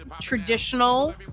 traditional